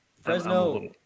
Fresno